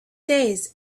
days